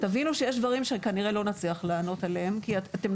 תבינו שיש דברים שכנראה לא נצליח לענות עליהם,